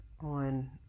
on